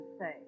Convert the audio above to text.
say